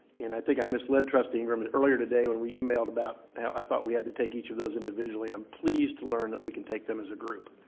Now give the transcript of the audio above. and i think i misled trustee ingram and earlier today when we e-mailed about how i thought we had to take each of those individually. i'm pleased to learn that we can take them as a group